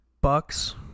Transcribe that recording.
bucks